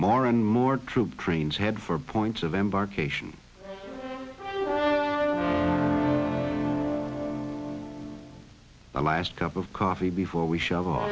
more and more troop trains head for points of embarkation the last cup of coffee before we shovel